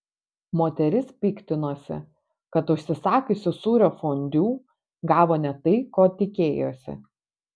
moteris piktinosi kad užsisakiusi sūrio fondiu gavo ne tai ko tikėjosi